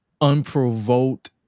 unprovoked